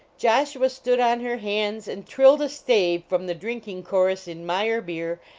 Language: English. joshua stood on her hands and trilled a stave from the drinking chorus in meyerbeer,